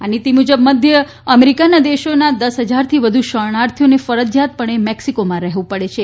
આ નીતિ મુજબ મધ્ય અમેરિકાના દેશોના દસ હજારથી વધુ શરણાર્થીઓને ફરજિયાતપણે મેક્સિકોમાં રહેવું પડે છે